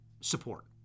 support